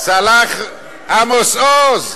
אנשים כמו עמוס עוז,